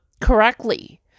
correctly